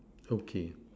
okay